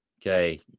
okay